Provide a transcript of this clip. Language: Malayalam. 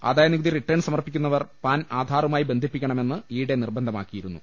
ആദായ നികുതി റിട്ടേൺ സമർപ്പിക്കുന്നവർ പാൻ ആധാറുമായി ബന്ധിപ്പിക്കണമെന്ന് ഈയിടെ നിർബന്ധമാക്കിയിരുന്നു